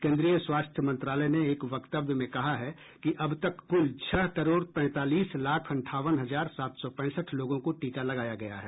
केन्द्रीय स्वास्थ्य मंत्रालय ने एक वक्तव्य में कहा है कि अब तक कुल छह करोड तैंतालीस लाख अंठावन हजार सात सौ पैंसठ लोगों को टीका लगाया गया है